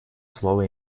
слово